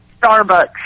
Starbucks